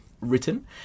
written